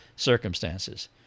circumstances